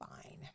fine